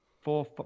four